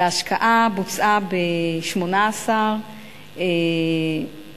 וההשקעה בוצעה ב-18 קיבוצים,